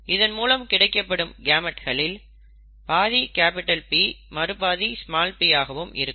இதன் மூலம் கிடைக்கப்படும் கேமெட்களில் பாதி P மறுபாதி p ஆகவும் இருக்கும்